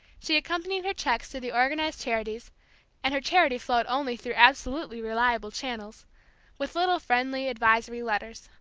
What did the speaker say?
she accompanied her cheques to the organized charities and her charity flowed only through absolutely reliable channels with little friendly, advisory letters.